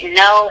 no